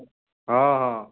ହଁ ହଁ